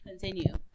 Continue